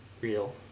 real